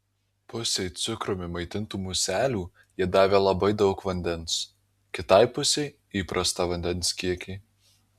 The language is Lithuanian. pusei cukrumi maitintų muselių jie davė labai daug vandens kitai pusei įprastą vandens kiekį